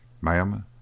ma'am